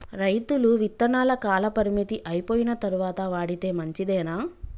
రైతులు విత్తనాల కాలపరిమితి అయిపోయిన తరువాత వాడితే మంచిదేనా?